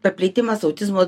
paplitimas autizmo